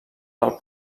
del